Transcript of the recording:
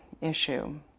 issue